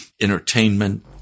entertainment